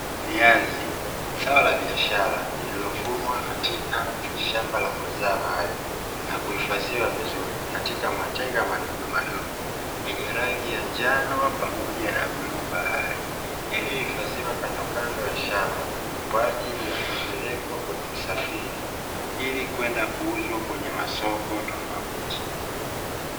Viazi zao la biashara lililovunwa katika shamba la mazao hayo na kuhifadhiwa vizuri katika matenga madogo madogo yenye rangi ya njano pamoja na bluu bahari, yaliohifadhiwa kandokando ya shamba kwajili ya kupelekwa kwenye usafiri ili kwenda kuuzwa kwenye masoko tofauti.